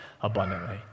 abundantly